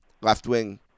left-wing